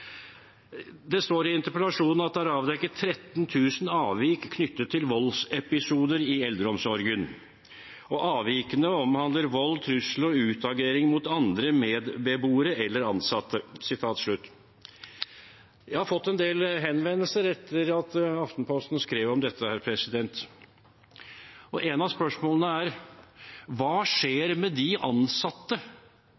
Det står i interpellasjonen at det er «avdekket 13 000 avvik knyttet til voldsepisoder i eldreomsorgen. Avvikene omhandler vold, trusler og utagering mot andre medbeboere eller ansatte.» Jeg har fått en del henvendelser etter at Aftenposten skrev om dette. Et av spørsmålene er: Hva